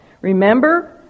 Remember